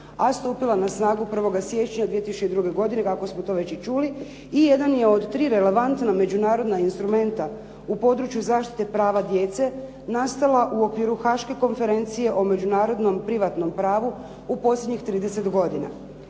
a stupila je na snagu 1. siječnja 2002. godine kako smo to već i čuli i jedan je od tri relevantna međunarodna instrumenta u području zaštite prava djece nastala u okviru Haške konferencije o međunarodnom privatnom pravu u posljednjih 30 godina.